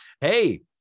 hey